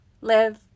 live